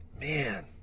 Man